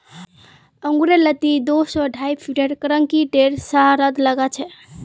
अंगूरेर लत्ती दो स ढाई फीटत कंक्रीटेर सहारात लगाछेक